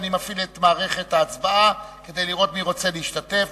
אני מפעיל את מערכת ההצבעה כדי לראות מי רוצה להשתתף,